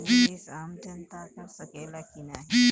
निवेस आम जनता कर सकेला की नाहीं?